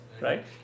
Right